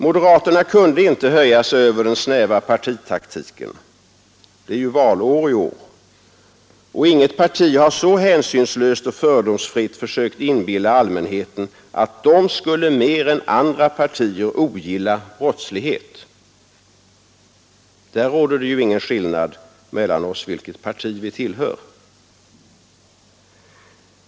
Moderaterna kunde inte höja sig över den snäva partitaktiken — det är ju valår i år — och inget parti har så hänsynslöst och fördomsfritt försökt inbilla allmänheten att det skulle mer än andra partier ogilla brottslighet. Där råder det ju ingen skillnad mellan oss, vilket parti vi än tillhör.